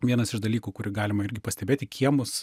vienas iš dalykų kurį galima irgi pastebėti kiemus